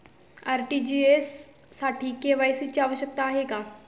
RTGS साठी KYC ची आवश्यकता आहे का?